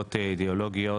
מפלגות אידאולוגיות,